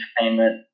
Entertainment